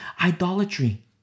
Idolatry